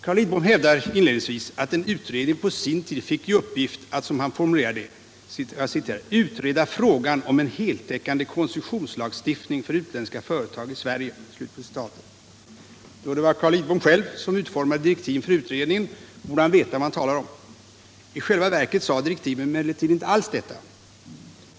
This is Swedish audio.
Carl Lidbom hävdar inledningsvis att en utredning på sin tid fick i uppgift att, som han formulerade det, ”utreda frågan om en heltäckande koncessionslagstiftning för utländska företag i Sverige”. Då det var Carl Lidbom själv som utformade direktiven för utredningen borde han veta vad han talar om. I själva verket sade direktiven emellertid inte alls detta.